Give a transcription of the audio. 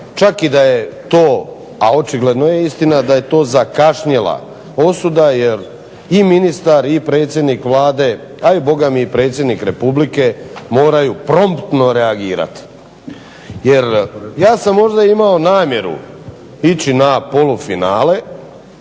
čak i to a očigledno je istina da je to zakašnjela osuda jer i ministar i predsjednik Vlade, a i bogami i predsjednik Republike moraju promptno reagirati. Jer ja sam možda imao namjeru ići na polufinale,